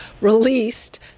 released